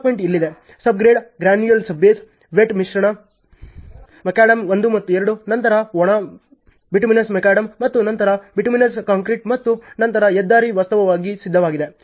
embankment ಇಲ್ಲಿದೆ subgrade granular subbase wet ಮಿಶ್ರಣ macadam 1 ಮತ್ತು 2 ನಂತರ ಒಣ ಬಿಟುಮಿನಸ್ ಮಕಾಡಮ್ ಮತ್ತು ನಂತರ ಬಿಟುಮಿನಸ್ ಕಾಂಕ್ರೀಟ್ ಮತ್ತು ನಂತರ ಹೆದ್ದಾರಿ ವಾಸ್ತವವಾಗಿ ಸಿದ್ಧವಾಗಿದೆ